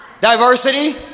diversity